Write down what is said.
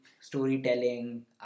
storytelling